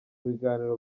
biganiro